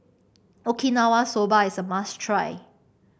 Okinawa Soba is a must try